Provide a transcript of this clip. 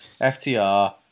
FTR